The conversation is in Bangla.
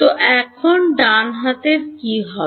তো এখন ডান হাতের কি হবে